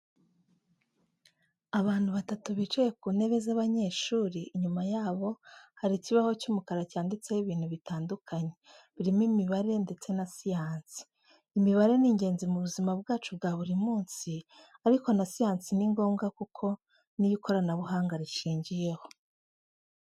Abantu batatu bicaye ku ntebe z'abanyeshuri, inyuma yabo hari ikibaho cy'umukara cyanditseho ibintu bitandukanye, birimo imibare ndetse na siyansi. Imibare ni ingenzi mu buzima bwacu bwa buri munsi ariko na siyansi ni ngombwa kuko ni yo ikoranabuhanga rishingiyeho.